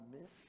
Miss